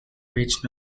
reached